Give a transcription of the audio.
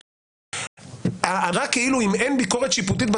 האמירה כאילו אם אין ביקורת שיפוטית,